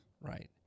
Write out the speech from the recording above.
Right